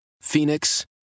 Phoenix